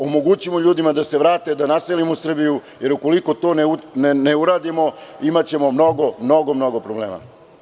Omogućimo ljudima da se vrate, da naselimo Srbiju, jer ukoliko to ne uradimo, imaćemo mnogo problema.